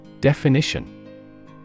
Definition